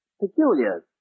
peculiar